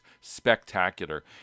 spectacular